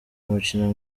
umukino